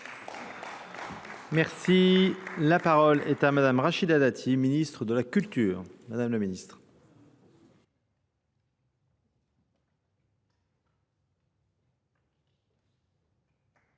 Merci. La parole est à madame Rachida Dati, ministre de la Culture. Madame la ministre.